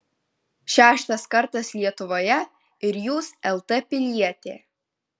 šeštas kartas lietuvoje ir jūs lt pilietė